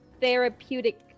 therapeutic